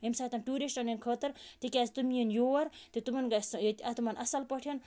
ییٚمہِ ساتَن ٹوٗرِسٹَن ہِنٛدِ خٲطرٕ تِکیٛازِ تِم یِنۍ یور تہٕ تِمَن گژھِ ییٚتہِ اَتھ تِمَن اَصٕل پٲٹھۍ